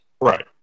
Right